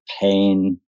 pain